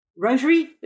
Rotary